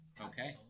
Okay